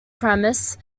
premise